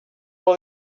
all